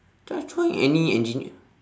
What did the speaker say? just join any engineer